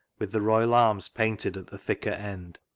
with the royal arms panted at the thicker end.